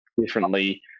differently